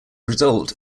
result